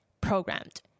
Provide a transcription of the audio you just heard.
programmed